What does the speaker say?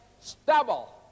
stubble